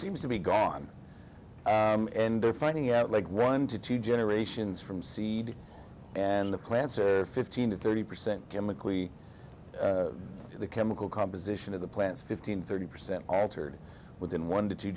seems to be gone and they're finding out like one to two generations from seed and the plants are fifteen to thirty percent chemically the chemical composition of the plants fifteen thirty percent altered within one to two